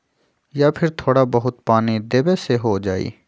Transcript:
या फिर थोड़ा बहुत पानी देबे से हो जाइ?